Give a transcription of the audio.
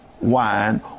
wine